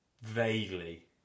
Vaguely